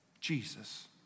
Jesus